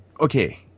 okay